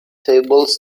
tables